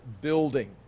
building